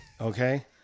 Okay